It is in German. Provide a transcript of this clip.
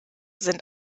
sind